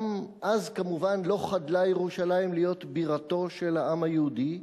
גם אז כמובן לא חדלה ירושלים להיות בירתו של העם היהודי,